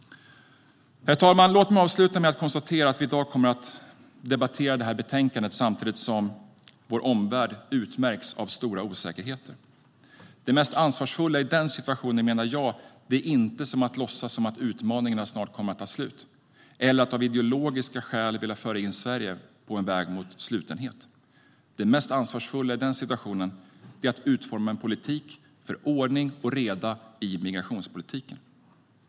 Herr talman! Låt mig avsluta med att konstatera att vi i dag kommer att debattera detta betänkande samtidigt som vår omvärld utmärks av stor osäkerhet. Det mest ansvarsfulla i den situationen är inte att låtsas som att utmaningarna snart kommer att ta slut eller att av ideologiska skäl vilja föra in Sverige på en väg mot slutenhet. Det mest ansvarsfulla i den situationen är att utforma en politik för ordning och reda i migrationspolitiken.